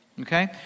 okay